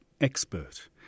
expert